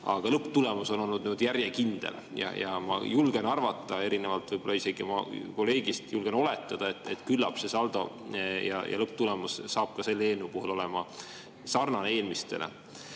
aga lõpptulemus on olnud järjekindel. Ma julgen arvata, erinevalt võib-olla oma kolleegist julgen isegi oletada, et küllap see saldo ja lõpptulemus saab ka selle eelnõu puhul olema sarnane eelmistega.